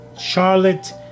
Charlotte